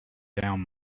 down